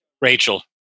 Rachel